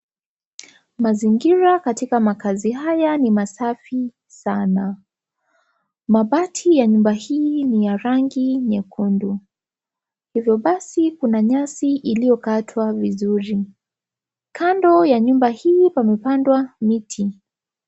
Mazingira katika makazi haya ni masafi sana. Mabati ya nyumba hii ni ya rangi nyekundu, hivyo basi kuna nyasi iliyokatwa vizuri. Kando ya nyumba hii, pamepandwa miti.